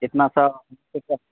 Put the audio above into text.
اتنا سا